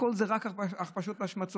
הכול זה רק הכפשות והשמצות.